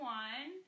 one